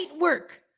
work